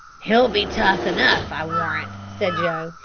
he'll be tough enough, i warrant, said joe,